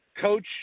coach